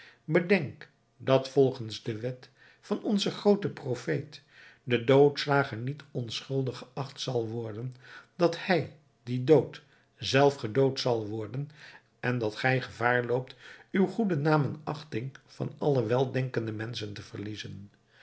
bedenk dat volgens de wet van onzen grooten profeet de doodslager niet onschuldig geacht zal worden dat hij die doodt zelf gedood zal worden en dat gij gevaar loopt uw goeden naam en de achting van alle weldenkende menschen te verliezen